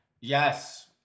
Yes